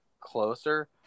closer